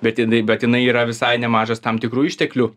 bet jinai bet jinai yra visai nemažas tam tikrų išteklių